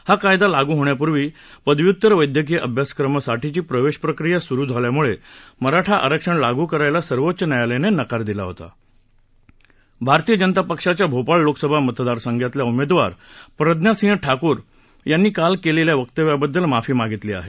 हा कायदा लागू होण्यापूर्वी पदव्युत्तर वैद्यकीय अभ्यासक्रमासाठीची प्रवेश प्रक्रिया सुरू झाल्यामुळे मराठा आरक्षण लागू करायला सर्वोच्च न्यायालयानं नकार दिला होता भारतीय जनता पक्षाच्या भोपाळ लोकसभा मतदारसंघातल्या उमेदवार प्रज्ञा सिंह ठाकूर यांनी काल केलेल्या वक्तव्याबद्दल माफी मागितली आहे